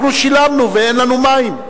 אנחנו שילמנו ואין לנו מים,